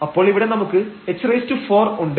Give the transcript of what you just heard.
അപ്പോൾ ഇവിടെ നമുക്ക് h4 ഉണ്ട്